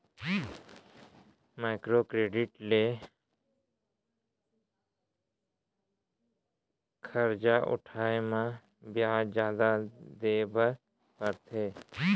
micro credit ले खरजा उठाए म बियाज जादा देबर परथे